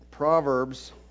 Proverbs